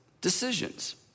decisions